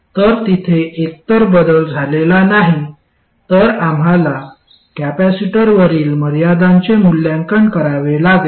तर तिथे एकतर बदल झालेला नाही तर आम्हाला कॅपेसिटरवरील मर्यादयांचे मूल्यांकन करावे लागेल